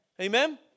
Amen